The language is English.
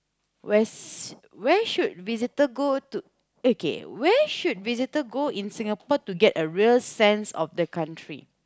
where's where should visitor go to okay where should visitor go in Singapore to get a real sense of the country